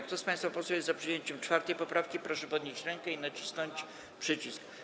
Kto z państwa posłów jest za przyjęciem 4. poprawki, proszę podnieść rękę i nacisnąć przycisk.